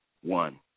one